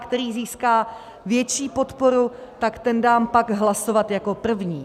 Který získá větší podporu, ten dám pak hlasovat jako první.